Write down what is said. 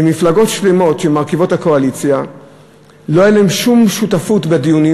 ומפלגות שלמות שמרכיבות את הקואליציה לא הייתה להן שום שותפות בדיונים,